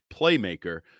playmaker